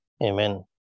Amen